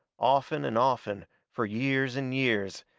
often and often, fur years and years,